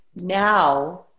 now